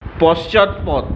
পশ্চাৎপদ